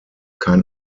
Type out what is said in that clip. kein